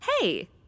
Hey